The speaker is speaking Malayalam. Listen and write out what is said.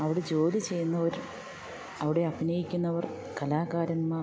അവിടെ ജോലി ചെയ്യുന്നവർ അവിടെ അഭിനയിക്കുന്നവർ കലാകാരന്മാർ